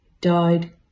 died